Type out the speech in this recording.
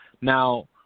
Now